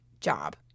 job